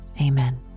amen